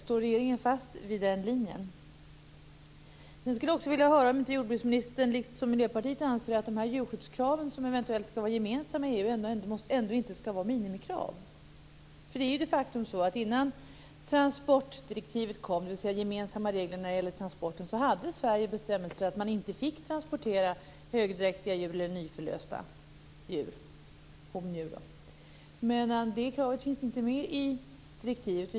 Står regeringen fast vid den linjen? Sedan skulle jag också vilja höra om inte jordbruksministern liksom Miljöpartiet anser att de djurskyddskrav som eventuellt skall vara gemensamma inom EU ändå inte skall vara minimikrav. Faktum är ju att innan transportdirektivet kom, dvs. gemensamma regler när det gäller transporter, hade Sverige bestämmelser om att man inte fick transportera högdräktiga eller nyförlösta hondjur. Men det kravet finns inte med i direktivet.